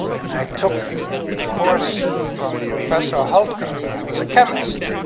and i took the course from professor hultgren, i was a chemist,